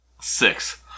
Six